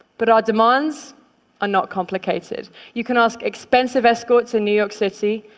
but our demands are not complicated. you can ask expensive escorts in new york city,